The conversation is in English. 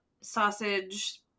sausage